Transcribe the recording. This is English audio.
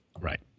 Right